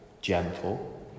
gentle